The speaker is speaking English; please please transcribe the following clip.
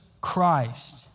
Christ